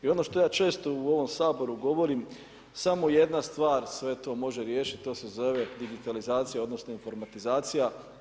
I ono što ja često u ovom Saboru govorim, samo jedna stvar sve to može riješiti, to se zove digitalizacija odnosno informatizacija.